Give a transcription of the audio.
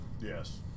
Yes